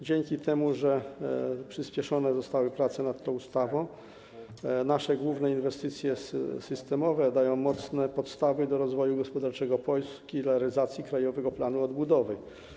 Dzięki temu, że przyspieszone zostały prace nad tą ustawą, nasze główne inwestycje systemowe dają mocne podstawy do rozwoju gospodarczego Polski i realizacji Krajowego Planu Odbudowy.